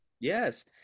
yes